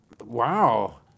Wow